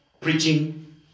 preaching